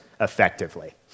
effectively